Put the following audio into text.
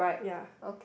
ya